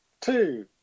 Two